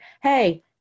Hey